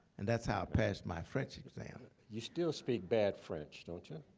and that's how i passed my french exam. you still speak bad french, don't you?